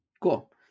Cool